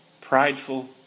prideful